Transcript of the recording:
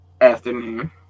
afternoon